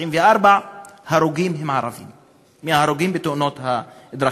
94 ערבים בתאונות הדרכים.